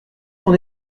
son